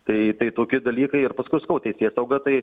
tai tai tokie dalykai ir paskui sakau teisėsauga tai